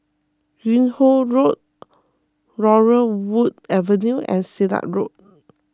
Yung Ho Road Laurel Wood Avenue and Silat Road